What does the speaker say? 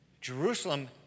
Jerusalem